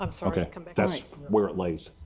um so yeah that's where it lays?